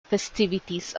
festivities